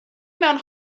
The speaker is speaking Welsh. mewn